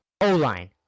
O-line